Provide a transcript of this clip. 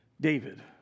David